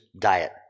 diet